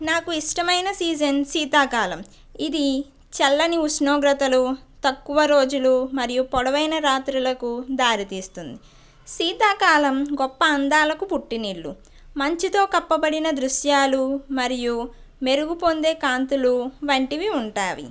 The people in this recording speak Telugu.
నాకు ఇష్టమైన సీజన్ శీతాకాలం ఇది చల్లని ఉష్ణోగ్రతలు తక్కువ రోజులు మరియు పొడవైన రాత్రులకు దారితీస్తుంది శీతాకాలం గొప్ప అందాలకు పుట్టినిల్లు మంచుతో కప్పబడిన దృశ్యాలు మరియు మెరుగుపొందే కాంతులు వంటివి ఉంటాయి